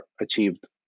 achieved